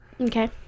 Okay